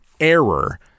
error